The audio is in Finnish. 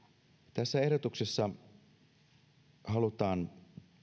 tässä ehdotuksessa halutaan